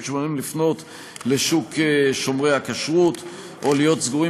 שמעוניינים לפנות לשוק שומרי הכשרות או להיות סגורים